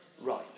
Right